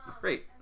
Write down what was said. great